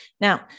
Now